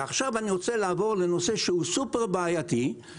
ואני רוצה לעבור לנושא שהוא בעייתי מאוד,